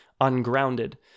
ungrounded